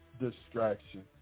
distraction